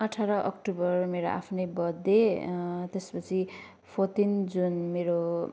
अठार अक्टोबर मेरो आफ्नै बर्थडे त्यसपछि फोर्टिन जुन मेरो